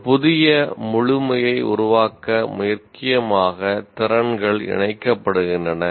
ஒரு புதிய முழுமையை உருவாக்க முக்கியமாக திறன்கள் இணைக்கப்படுகின்றன